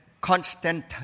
constant